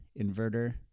inverter